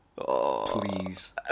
please